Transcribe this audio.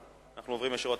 אנחנו עוברים ישירות